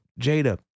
Jada